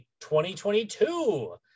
2022